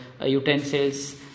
utensils